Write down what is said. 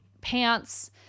pants